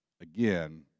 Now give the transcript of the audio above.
again